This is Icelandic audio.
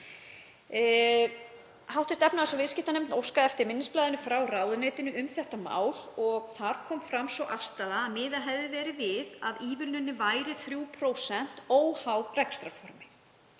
Hv. efnahags- og viðskiptanefnd óskaði eftir minnisblaði frá ráðuneytinu um þetta mál. Þar kom fram sú afstaða að miðað hefði verið við að ívilnunin væri 3%, óháð rekstrarformi.